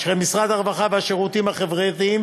שכן משרד הרווחה והשירותים החברתיים